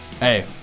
Hey